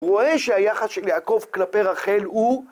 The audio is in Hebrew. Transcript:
הוא רואה שהיחס של יעקב כלפי רחל הוא